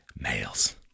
males